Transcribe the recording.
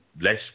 less